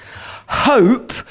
Hope